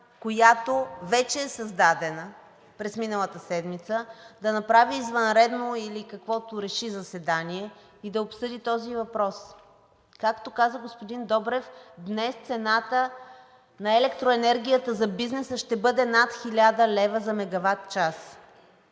която вече бе създадена през миналата седмица, да направи извънредно заседание и да обсъди този въпрос. Както каза господин Добрев, днес цената на електроенергията за бизнеса ще бъде над 1000 лв. за мегаватчас,